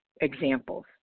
examples